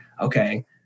okay